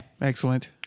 Excellent